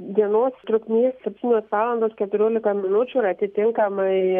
dienos trukmė septynios valandos keturiolika minučių ir atitinkamai